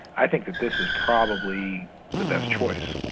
i think that this is probably the best choice.